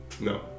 No